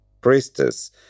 priestess